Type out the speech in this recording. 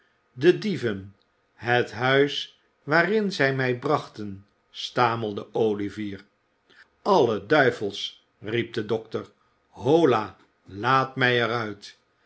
de dieven het huis waarin zij mij brachten stamelde olivier alle duivels riep de dokter hola laat mij er